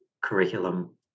curriculum